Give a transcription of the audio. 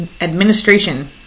Administration